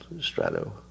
Strato